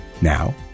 Now